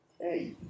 Hey